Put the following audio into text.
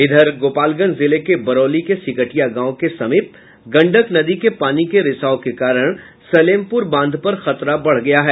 उधर गोपालगंज जिले के बरौली के सिकटिया गांव के समीप गंडक नदी के पानी के रिसाव के कारण सलेमपुर बांध पर खतरा बढ़ गया है